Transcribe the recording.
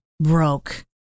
broke